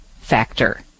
factor